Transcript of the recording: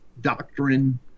doctrine